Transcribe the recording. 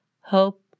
hope